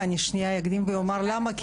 ואני אקדים ואומר למה.